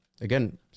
again